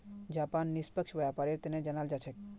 Japan निष्पक्ष व्यापारेर तने जानाल जा छेक